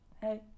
Hey